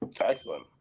excellent